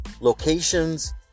locations